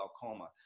glaucoma